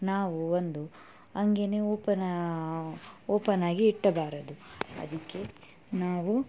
ನಾವು ಒಂದು ಹಂಗೆನೇ ಓಪನಾ ಓಪನಾಗಿ ಇಡಬಾರದು ಅದಕ್ಕೆ ನಾವು